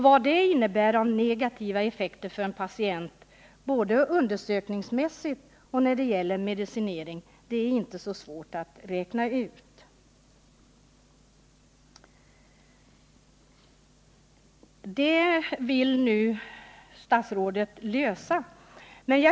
Vad det innebär av negativa effekter för en patient, både undersökningsmässigt och när det gäller medicinering, är inte svårt att räkna ut. Detta problem vill statsrådet nu lösa. Men hur?